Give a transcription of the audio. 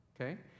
Okay